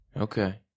okay